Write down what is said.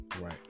Right